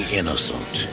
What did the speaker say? innocent